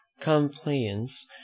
compliance